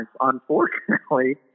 Unfortunately